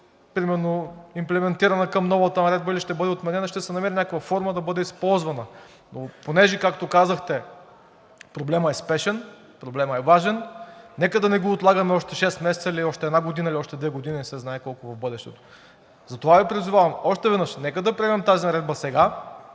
примерно имплементирана към новата наредба или ще бъде отменена. Ще се намери някаква форма да бъде използвана. Но понеже, както казахте, проблемът е спешен, проблемът е важен, нека да не го отлагаме още шест месеца или още една година, или още две години, не се знае колко в бъдещето. Затова Ви призовавам още веднъж – нека да приемем тази наредба сега,